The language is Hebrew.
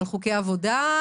על חוקי עבודה,